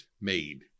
made